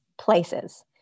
places